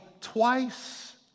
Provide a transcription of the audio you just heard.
twice